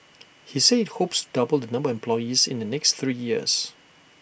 he said IT hopes double the number of employees in the next three years